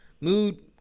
Mood